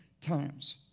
times